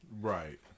Right